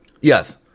yes